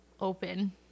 open